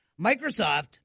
Microsoft